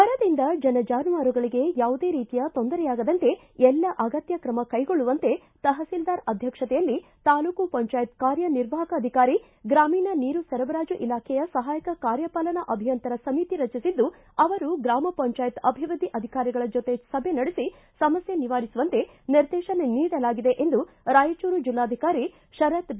ಬರದಿಂದ ಜನ ಜಾನುವಾರುಗಳಿಗೆ ಯಾವುದೇ ರೀತಿಯ ತೊಂದರೆಯಾಗದಂತೆ ಎಲ್ಲಾ ಅಗತ್ಯ ಕ್ರಮ ಕೈಗೊಳ್ಳುವಂತೆ ತಹೋಲ್ದಾರ ಅಧ್ಯಕ್ಷತೆಯಲ್ಲಿ ತಾಲೂಕು ಪಂಚಾಯತ್ ಕಾರ್ಯ ನಿರ್ವಾಹಕಾಧಿಕಾರಿ ಗ್ರಾಮೀಣ ನೀರು ಸರಬರಾಜು ಇಲಾಖೆಯ ಸಹಾಯಕ ಕಾರ್ಯಪಾಲನಾ ಅಭಿಯಂತರ ಸಮಿತಿ ರಚಿಸಿದ್ದು ಅವರು ಗ್ರಾಮ ಪಂಚಾಯತ್ ಅಭಿವೃದ್ದಿ ಅಧಿಕಾರಿಗಳ ಜೊತೆ ಸಭೆ ನಡೆಸಿ ಸಮಸ್ಥೆ ನಿವಾರಿಸುವಂತೆ ನಿರ್ದೇಶನ್ ನೀಡಲಾಗಿದೆ ಎಂದು ರಾಯಚೂರು ಜಿಲ್ಲಾಧಿಕಾರಿ ಶರತ್ ಬಿ